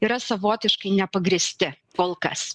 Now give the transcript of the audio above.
yra savotiškai nepagrįsti kol kas